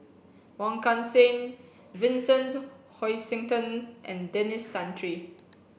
Wong Kan Seng Vincent Hoisington and Denis Santry